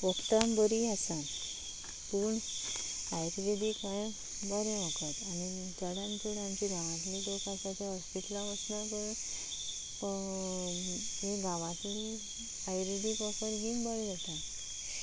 western बरीं आसा पूण आर्युवेदीक हें बरें वखद आनी चडान चड आमचें गांवांतलें लोक आसा तें हॉस्पिटलान वचनात ती गांवांतलें आर्युवेदीक वखद घेवन बरीं जातात